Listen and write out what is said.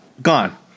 Gone